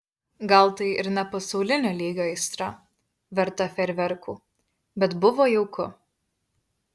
gal tai ir ne pasaulinio lygio aistra verta fejerverkų bet buvo jauku